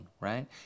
right